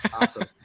Awesome